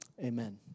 Amen